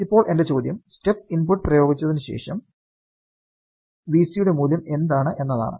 ഇപ്പോൾ എന്റെ ചോദ്യം സ്റ്റെപ് ഇൻപുട്ട് പ്രയോഗിച്ചതിനുശേഷം Vc യുടെ മൂല്യം എന്താണ് എന്നതാണ്